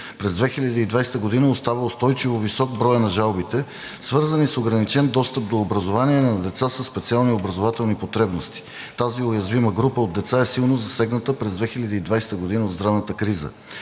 През 2020 г. остава устойчиво висок броят на жалбите, свързани с ограничен достъп до образование на деца със специални образователни потребности. Тази уязвима група от деца е силно засегната през 2020 г. от здравната криза